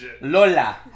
Lola